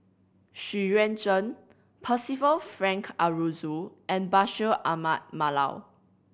Xu Yuan Zhen Percival Frank Aroozoo and Bashir Ahmad Mallal